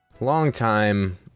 longtime